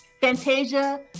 Fantasia